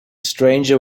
stranger